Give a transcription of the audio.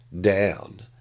down